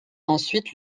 ensuite